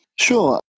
Sure